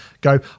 go